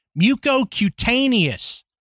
Mucocutaneous